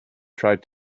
tried